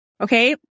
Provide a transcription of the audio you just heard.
okay